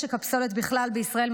משק הפסולת בכלל בישראל,